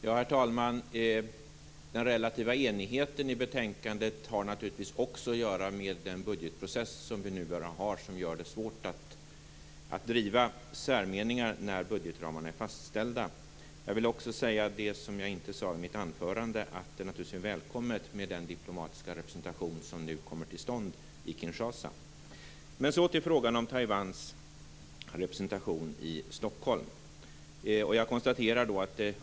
Herr talman! Den relativa enigheten i betänkandet har naturligtvis också att göra med den budgetprocess som vi numera har och som gör det svårt att driva särmeningar när budgetramarna är fastställda. En sak som jag inte sade i mitt huvudanförande är att den diplomatiska representation som nu kommer till stånd i Kinshasa självfallet är välkommen. Så till frågan om Taiwans representation i Stockholm.